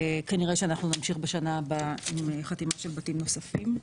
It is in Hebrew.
כנראה שאנחנו נמשיך בשנה הבאה עם חתימות של בתים נוספים.